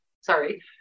Sorry